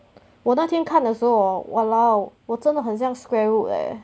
我那天看的时候 oh !walao! 我真的很像 square root eh